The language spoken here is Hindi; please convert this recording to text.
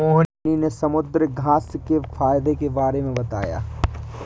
मोहिनी ने समुद्रघास्य के फ़ायदे के बारे में बताया